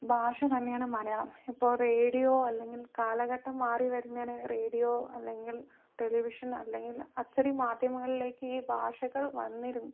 ഭാഷ തന്നെയാണ് മലയാളം ഇപ്പോൾ റേഡിയോ അല്ലെങ്കിൽ കാലഘട്ടം മാറി വരുന്നതിന് റേഡിയോ അല്ലെങ്കിൽ ടെലിവിഷൻ അല്ലെങ്കിൽ അച്ചടി മാധ്യമങ്ങളിലേക്ക് ഈ ഭാഷകൾ വന്നിരുന്നു